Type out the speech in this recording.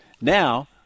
Now